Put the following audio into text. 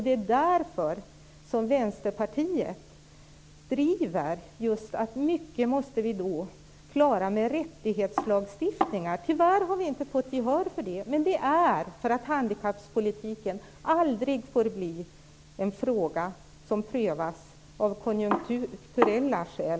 Det är därför som Vänsterpartiet driver att vi måste klara mycket med rättighetslagstiftningar. Tyvärr har vi inte fått gehör för det, men handikappolitiken får aldrig bli en fråga som prövas av konjunkturella skäl.